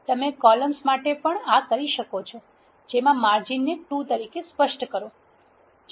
તમે કોલમસ માટે પણ આ કરી શકો છો જેમાં માર્જિન ને 2 તરીકે સ્પષ્ટ કરીને